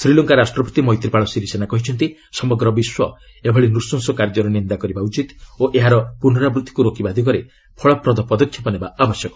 ଶ୍ରୀଲଙ୍କା ରାଷ୍ଟ୍ରପତି ମୈତ୍ରିପାଳ ସିରିସେନା କହିଛନ୍ତି ସମଗ୍ର ବିଶ୍ୱ ଏଭଳି ନୂର୍ଚ୍ଚସ କାର୍ଯ୍ୟର ନିନ୍ଦା କରିବା ଉଚିତ ଓ ଏହାର ପୁନରାବୂତ୍ତିକୁ ରୋକିବା ଦିଗରେ ଫଳପ୍ରଦ ପଦକ୍ଷେପ ନେବା ଆବଶ୍ୟକ